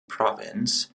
province